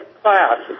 class